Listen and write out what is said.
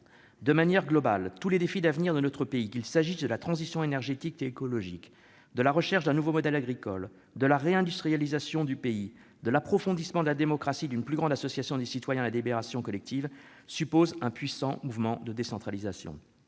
De manière globale, tous les défis d'avenir de notre pays, qu'il s'agisse de la transition énergétique et écologique, de la recherche d'un nouveau modèle agricole, de la réindustrialisation du pays, de l'approfondissement de la démocratie et d'une plus grande association des citoyens à la délibération collective, supposent un puissant mouvement de décentralisation.